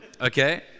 Okay